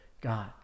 God